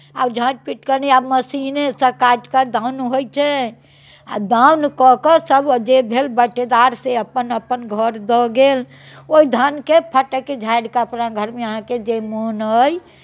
आब झाँटि पीट कनि आब मशीनेसँ काटि कऽ दौन होइ छै आ दौन कऽ कऽ सभ जे भेल बटेदार से अपन अपन घर दऽ गेल ओहि धानकेँ फटकि झाड़ि कऽ अपना घरमे अहाँके जे मोन अइ